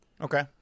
Okay